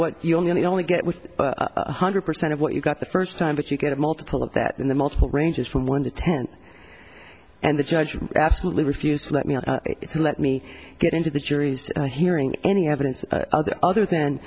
to only get one hundred percent of what you got the first time but you get a multiple of that and the multiple ranges from one to ten and the judge absolutely refused to let me let me get into the jury's hearing any evidence other th